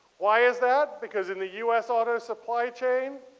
why is that? because in the u s. auto supply chain